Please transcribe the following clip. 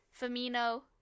Firmino